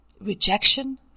rejection